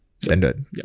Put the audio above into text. standard